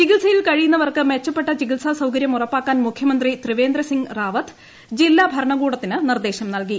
ചികിത്സയിൽ കഴിയുന്നവർക്ക് മെച്ചപ്പെട്ട ചികിത്സാ സൌകര്യം ഉറപ്പാക്കാൻ മുഖ്യമന്ത്രി ത്രിവേന്ദ്ര സിംഗ് റാവത്ത് ജില്ലാ ഭരണകൂടത്തിന് നിർദ്ദേശം നൽകി